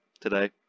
today